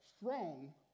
strong